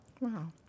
Wow